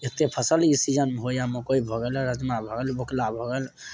एतेक फसल ई सीजनमे होइया मकइ भऽ गेल राजमा भऽ गेल बोकला भऽ गेल